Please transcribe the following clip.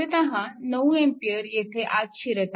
मूलतः 9A येथे आत शिरत आहे